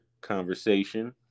Conversation